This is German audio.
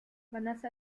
vanessa